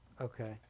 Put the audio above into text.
Okay